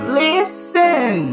listen